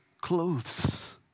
clothes